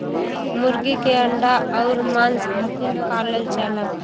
मुरगी के अंडा अउर मांस खातिर पालल जाला